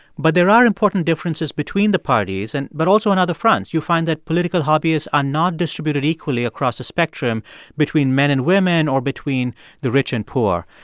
but there are important differences between the parties and but also on other fronts. you'll find that political hobbyists are not distributed equally across a spectrum between men and women or between the rich and poor.